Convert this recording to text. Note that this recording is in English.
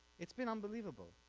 it's been unbelievable.